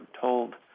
told